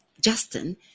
Justin